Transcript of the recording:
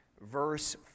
verse